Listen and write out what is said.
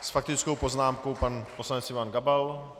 S faktickou poznámkou pan poslanec Ivan Gabal.